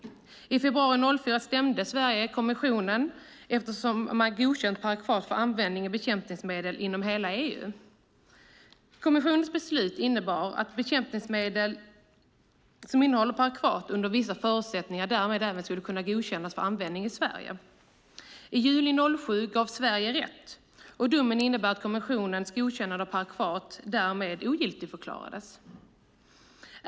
I februari 2004 stämde Sverige Europeiska kommissionen eftersom man godkänt parakvat för användning i bekämpningsmedel inom hela EU. Kommissionens beslut innebar att bekämpningsmedel som innehåller parakvat under vissa förutsättningar därmed skulle kunna godkännas för användning även i Sverige. I juli 2007 gavs Sverige rätt, och domen innebar att kommissionens godkännande av parakvat därmed ogiltigförklarades.